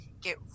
get